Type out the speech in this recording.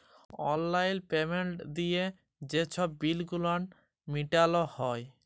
অললাইল পেমেল্ট দিঁয়ে যে ছব বিল গুলান মিটাল হ্যয়